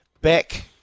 back